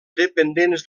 dependents